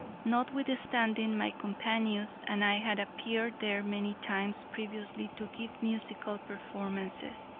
notwithstanding my companions and i had appeared there many times previously to give musical performances.